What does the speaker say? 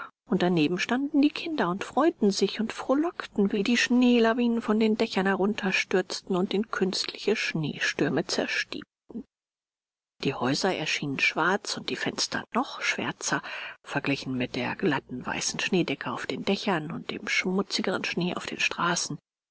und daneben standen die kinder und freuten sich und frohlockten wie die schneelawinen von den dächern herunterstürzten und in künstliche schneestürme zerstiebten die häuser erschienen schwarz und die fenster noch schwärzer verglichen mit der glatten weißen schneedecke auf den dächern und dem schmutzigern schnee auf den straßen